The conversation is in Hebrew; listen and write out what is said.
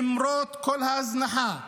למרות כל ההזנחה,